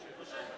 מושכת.